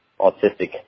autistic